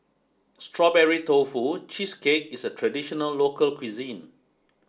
Strawberry Tofu Cheesecake is a traditional local cuisine